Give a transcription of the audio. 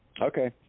Okay